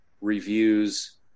reviews